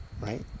right